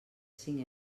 cinc